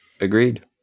Agreed